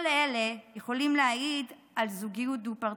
כל אלה יכולים להעיד על זוגיות דו-פרצופית.